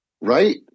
Right